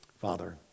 Father